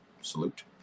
Salute